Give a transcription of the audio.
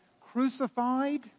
crucified